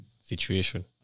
situation